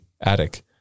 attic